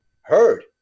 heard